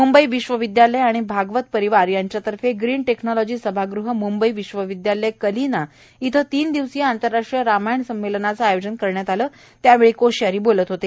मूंबई विश्व विदयालय आणि भागवत परिवार यांच्यातर्फे ग्रीन टेक्नोलॉजी सभागृह मुंबई विश्वविद्यालय कलिना इथं तीन दिवसीय आंतरराष्ट्रीय रामायण संमेलनाचे आयोजन करण्यात आले त्यावेळी कोश्यारी बोलत होते